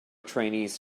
trainees